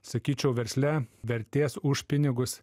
sakyčiau versle vertės už pinigus